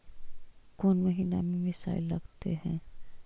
कौन महीना में मिसाइल लगते हैं?